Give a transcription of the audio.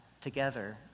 together